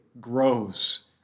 grows